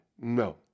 no